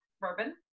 bourbon